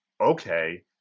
Okay